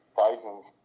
thousands